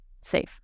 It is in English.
safe